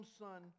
son